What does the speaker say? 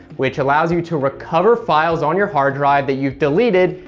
which allows you to recover files on your hard drive that you've deleted,